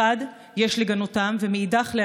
מחד גיסא יש לגנותם ומאידך גיסא,